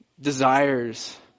desires